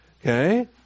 Okay